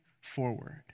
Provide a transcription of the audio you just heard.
forward